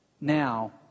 now